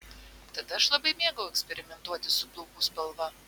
tada aš labai mėgau eksperimentuoti su plaukų spalva